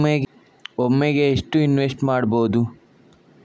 ಒಮ್ಮೆಗೆ ಎಷ್ಟು ಇನ್ವೆಸ್ಟ್ ಮಾಡ್ಬೊದು?